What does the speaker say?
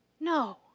No